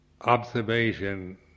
observation